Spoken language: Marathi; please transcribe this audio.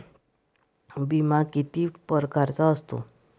बिमा किती परकारचा असतो?